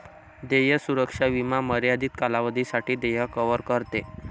देय सुरक्षा विमा मर्यादित कालावधीसाठी देय कव्हर करते